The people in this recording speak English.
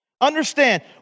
Understand